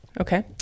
Okay